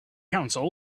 counsel